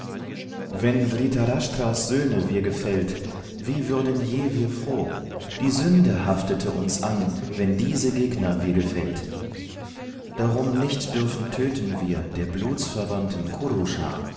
wenn dhritarshtras söhne wir gefällt wie würden je wir froh die sünde haftete uns an wenn diese gegner wir gefällt darum nicht dürfen töten wir der blutsverwandten